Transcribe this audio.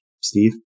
Steve